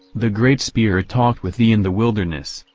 the great spirit talked with thee in the wilderness,